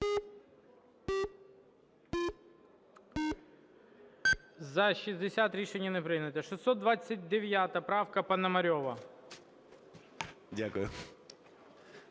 За-60 Рішення не прийнято. 629 правка Пономарьова.